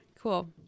cool